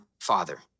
Father